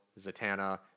Zatanna